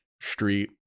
street